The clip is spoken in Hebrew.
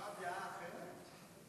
אפשר דעה אחרת?